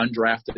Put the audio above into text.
undrafted